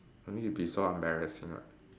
I mean it would be so embarrassing [what]